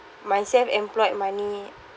my self-employed money